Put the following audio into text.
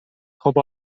خوب